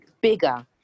bigger